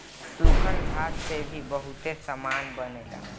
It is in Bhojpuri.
सूखल घास से भी बहुते सामान बनेला